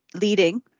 leading